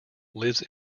lives